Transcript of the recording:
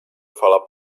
fala